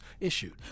issued